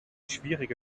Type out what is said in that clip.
schwierige